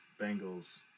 Bengals